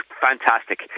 fantastic